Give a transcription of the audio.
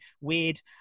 weird